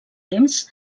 temps